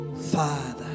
Father